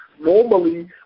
normally